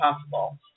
possible